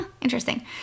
Interesting